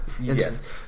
Yes